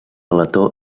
letó